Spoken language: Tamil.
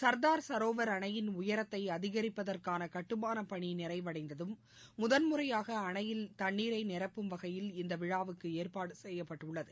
ள்தார் சரோவர் அணையின் உயரத்தை அதிகிப்பதற்கான கட்டுமானப் பணி நிறைவடைந்ததும் முதன்முறையாக அணையில் தண்ணீரை நிரப்பும் வகையில் இந்த விழாவுக்கு ஏற்பாடு செய்யப்பட்டுள்ளது